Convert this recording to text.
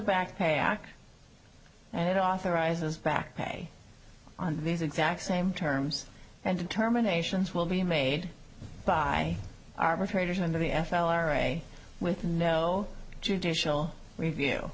backpack and it authorizes back pay on these exact same terms and determinations will be made by arbitrators and the f l array with no judicial review